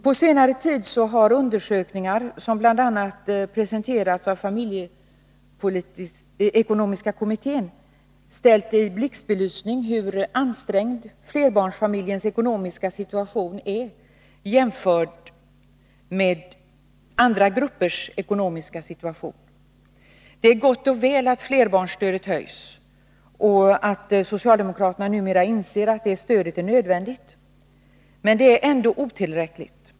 På senare tid har undersökningar som bl.a. presenterats av familjeekonomiska kommittén ställt i blixtbelysning hur ansträngd flerbarnsfamiljernas ekonomiska situation är jämfört med andra gruppers. Det är gott och väl att flerbarnsstödet höjs och att socialdemokraterna numera inser att det stödet är nödvändigt. Men det är ändå otillräckligt.